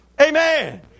Amen